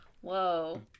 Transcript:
whoa